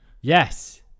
Yes